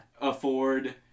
Afford